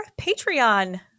Patreon